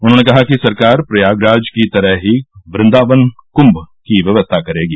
उन्होंने कहा कि सरकार प्रयागराज की तरह ही कन्दावन कृंभ की व्यवस्था करेगी